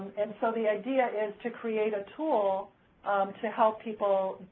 and so the idea is to create a tool to help people